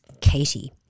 Katie